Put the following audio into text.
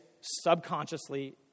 subconsciously